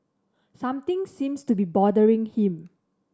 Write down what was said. something seems to be bothering him